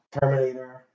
Terminator